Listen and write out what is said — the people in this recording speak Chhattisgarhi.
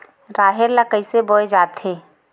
राहेर ल कइसे बोय जाथे?